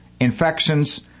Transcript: infections